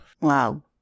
Wow